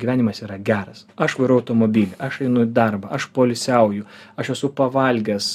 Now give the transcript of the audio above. gyvenimas yra geras aš vairuoju automobilį aš einu į darbą aš poilsiauju aš esu pavalgęs